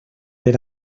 per